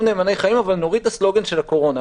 "נאמני חיים" אבל נוריד את הסלוגן של הקורונה.